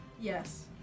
Yes